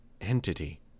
entity